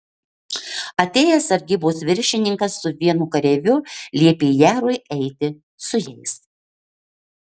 atėjęs sargybos viršininkas su vienu kareiviu liepė jarui eiti su jais